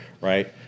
Right